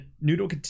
Noodle